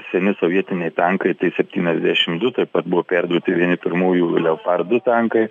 seni sovietiniai tankai t septyniasdešim du taip pat buvo perduoti vieni pirmųjų leopar du tankai